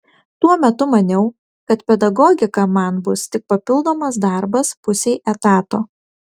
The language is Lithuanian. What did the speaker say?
tuo metu maniau kad pedagogika man bus tik papildomas darbas pusei etato